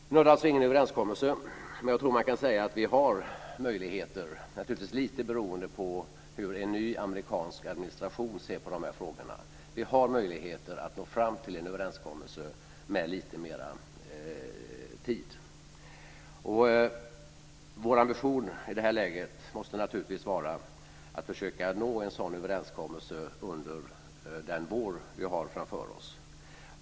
Vi nådde alltså ingen överenskommelse, men jag tror att man kan säga att vi har möjligheter - naturligtvis lite beroende på hur en ny amerikansk administration ser på de här frågorna - att nå fram till en överenskommelse med lite mer tid. Vår ambition i det här läget måste naturligtvis vara att försöka nå en sådan överenskommelse under den vår vi har framför oss.